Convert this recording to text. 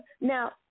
now